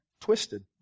twisted